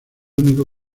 único